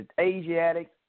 Asiatics